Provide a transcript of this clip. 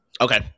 Okay